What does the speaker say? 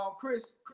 Chris